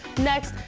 next.